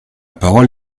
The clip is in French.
parole